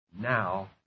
Now